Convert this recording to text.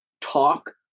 talk